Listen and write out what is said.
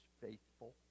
faithful